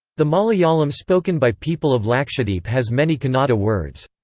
the malayalam spoken by people of lakshadweep has many kannada words.